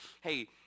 Hey